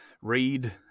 Read